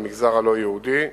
במגזר הלא-יהודי,